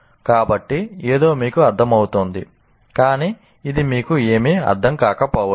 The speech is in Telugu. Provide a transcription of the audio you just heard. కాబట్టి ఏదో మీకు అర్ధమవుతుంది కానీ ఇది మీకు ఏమీ అర్ధం కాకపోవచ్చు